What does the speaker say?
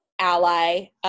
ally